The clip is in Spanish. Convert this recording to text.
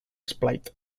split